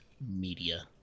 media